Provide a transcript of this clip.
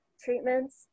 treatments